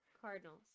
Cardinals